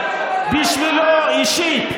בשבילו אישית,